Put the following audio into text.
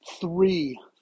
three